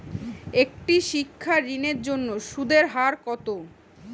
একটি শিক্ষা ঋণের জন্য সুদের হার কত?